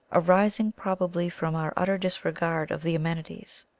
aris ing probably from our utter disregard of the amenities.